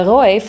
Roy